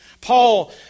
Paul